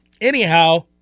Anyhow